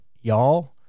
y'all